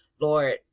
Lord